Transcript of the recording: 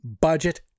budget